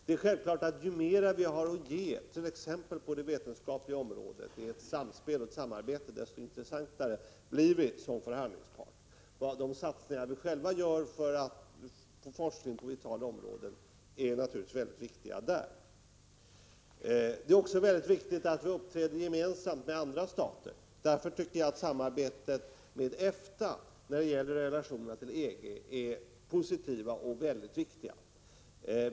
Det är självklart att ju mer vi har att get.ex. på det vetenskapliga området — det är ett samspel och ett samarbete — desto intressantare blir vi som förhandlingspart. De satsningar som vi gör på forskningens vitala område är naturligtvis väldigt viktiga där. Vidare är det väsentligt att vi uppträder gemensamt med andra stater. Därför tycker jag att samarbetet med EFTA i relationerna till EG är positivt och viktigt.